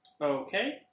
Okay